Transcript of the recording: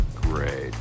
great